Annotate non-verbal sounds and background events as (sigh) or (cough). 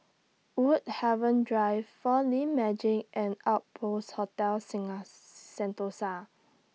Woodhaven Drive four D Magix and Outpost Hotel (unintelligible) Sentosa